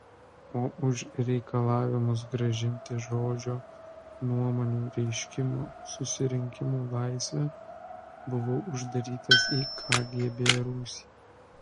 o už reikalavimus grąžinti žodžio nuomonių reiškimo susirinkimų laisvę buvau uždarytas į kgb rūsį